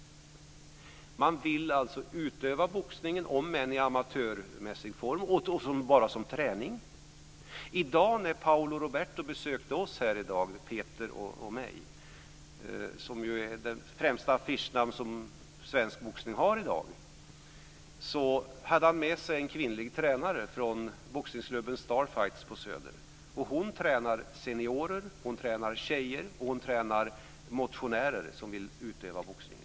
Man vill alltså utöva boxning, om än i amatörmässig form, och bara som träning. I dag när Paolo Roberto besökte Peter Pedersen och mig - han är det främsta affischnamn som svensk boxning har i dag - hade han med sig en kvinnlig tränare från boxningsklubben Star Fights på Söder. Hon tränar seniorer, tjejer och motionärer som vill utöva boxning.